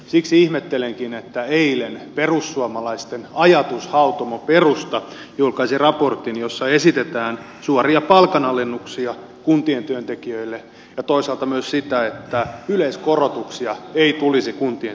siksi ihmettelenkin että eilen perussuomalaisten ajatushautomo perusta julkaisi raportin jossa esitetään suoria palkanalennuksia kuntien työntekijöille ja toisaalta myös sitä että yleiskorotuksia ei tulisi kuntien työntekijöille